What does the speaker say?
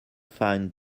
find